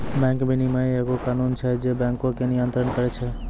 bank विनियमन एगो कानून छै जे बैंको के नियन्त्रण करै छै